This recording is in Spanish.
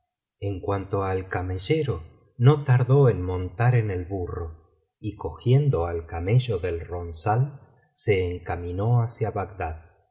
en cuanto al camellero no tardó en montar en el burro y cogiendo al camello del ronzal se encaminó hacia